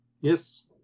Yes